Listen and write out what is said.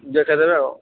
ଦେଖାଇଦେବେ ଆଉ